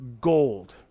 gold